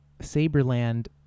Saberland